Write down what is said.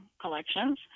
collections